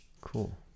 cool